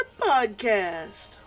Podcast